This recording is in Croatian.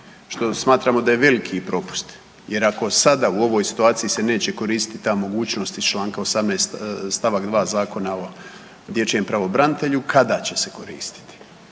što smatramo da je veliki propust jer ako sada u ovoj situaciji se neće koristiti ta mogućnost iz čl. 18. st. 2. Zakona o dječjem pravobranitelju kada će se koristiti